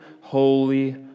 holy